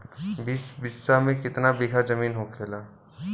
बीस बिस्सा में कितना बिघा जमीन होखेला?